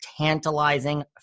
tantalizing